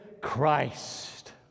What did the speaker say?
Christ